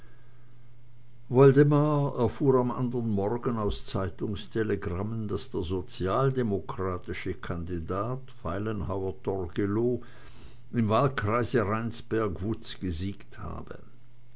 erfuhr am andern morgen aus zeitungstelegrammen daß der sozialdemokratische kandidat feilenhauer torgelow im wahlkreise rheinsberg wutz gesiegt habe